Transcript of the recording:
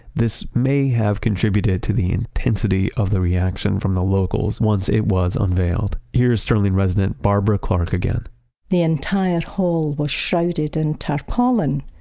this may have contributed to the intensity of the reaction from the locals, once it was unveiled. he's stirling resident, barbara clark again the entire hole was shrouded in tarpaulin,